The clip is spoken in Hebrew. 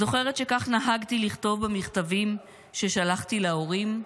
זוכרת שכך נהגתי לכתוב במכתבים ששלחתי להורים?"